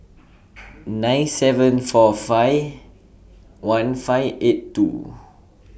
nine seven four five one five eight two